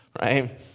right